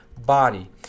body